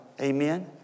Amen